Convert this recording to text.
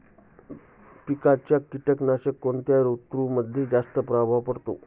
पिकांवर कीटकनाशकांचा कोणत्या ऋतूमध्ये जास्त प्रभाव पडतो?